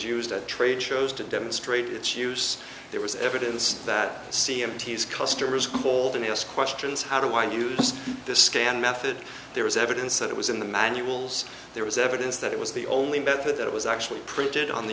used at trade shows to demonstrate its use there was evidence that c m t's customers called in ask questions how do i use this scan method there is evidence that it was in the manuals there was evidence that it was the only method that was actually printed on the